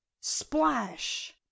Splash